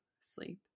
sleep